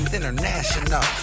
International